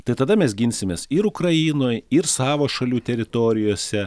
tai tada mes ginsimės ir ukrainoj ir savo šalių teritorijose